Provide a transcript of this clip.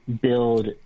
build